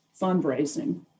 fundraising